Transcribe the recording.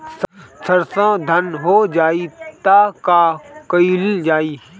सरसो धन हो जाई त का कयील जाई?